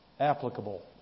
Applicable